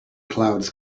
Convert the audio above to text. clouds